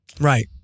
Right